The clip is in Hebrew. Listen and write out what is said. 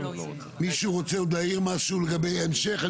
מישהו רוצה עוד להעיר משהו לגבי ההמשך?